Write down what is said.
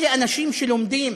אלה אנשים שלומדים